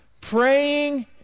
Praying